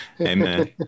amen